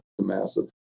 massive